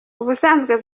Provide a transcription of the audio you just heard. ubusanzwe